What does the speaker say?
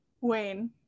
Wayne